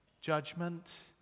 judgment